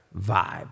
vibe